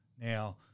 Now